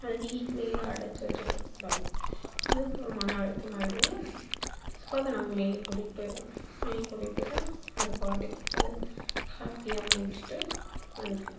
அதை வீட்லேயே அடைச்சி வச்சுட்ருக்கக் கூடாது அதுக்கு ஒரு மனஅழுத்தம் ஆகிடும்ல ஸோ அதை நாங்கள் மேய கூட்டிகிட்டு போயிடுவோம் மேய கூட்டிகிட்டு போய்விட்டா அது பாட்டுக்கு ஏதாவது ஹேப்பியாக மேஞ்சுட்டு வந்துடும்